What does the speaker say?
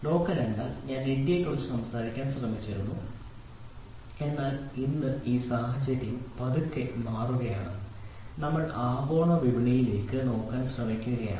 local എന്നാൽ ഞാൻ ഇന്ത്യയെക്കുറിച്ച് സംസാരിക്കാൻ ശ്രമിച്ചിരുന്നു എന്നാൽ ഇന്ന് ഈ സാഹചര്യം പതുക്കെ മാറുകയാണ് നമ്മൾ ആഗോള വിപണിയിലേക്ക് നോക്കാൻ ശ്രമിക്കുകയാണ്